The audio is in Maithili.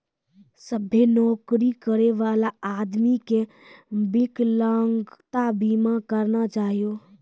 सभ्भे नौकरी करै बला आदमी के बिकलांगता बीमा करना चाहियो